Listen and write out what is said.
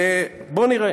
בוא נראה: